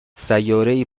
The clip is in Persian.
سیارهای